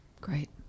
Great